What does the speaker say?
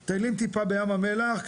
הם מטיילים טיפה בים המלח,